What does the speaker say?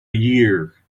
year